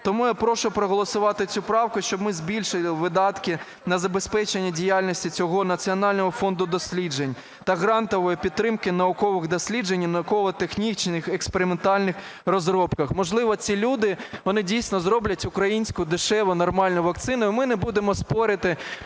Тому я прошу проголосувати цю правку, щоб ми збільшили видатки на забезпечення діяльності цього Національного фонду досліджень та грантової підтримки наукових досліджень і науково-технічних експериментальних розробок. Можливо, ці люди, вони дійсно зроблять українську дешеву нормальну вакцину, і ми не будемо спорити